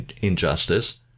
injustice